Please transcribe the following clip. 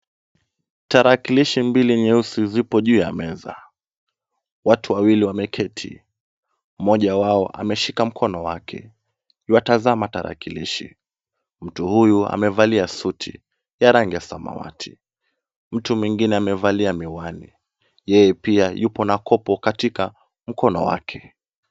Tarakilishi mbili nyeusi zipo juu ya meza. Watu wawili wameketi mmoja wao ameshika mkono wake yuatazama tarakilishi. Mtu huyu amevalia suti ya rangi ya samawati. Mtu mwingine amevalia miwani. Yeye pia yuko na kopo katika mkono wake.